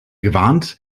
gewarnt